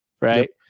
right